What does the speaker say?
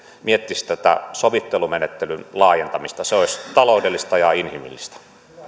miettisi tätä sovittelumenettelyn laajentamista se olisi taloudellista ja inhimillistä